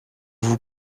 vous